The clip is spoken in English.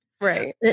Right